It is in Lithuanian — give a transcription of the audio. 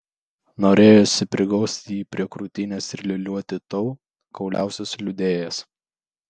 norėjosi priglausti jį prie krūtinės ir liūliuoti tol kol liausis liūdėjęs